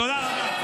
תודה רבה.